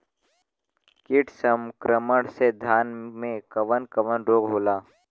कीट संक्रमण से धान में कवन कवन रोग होला?